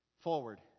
Forward